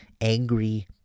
angry